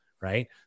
right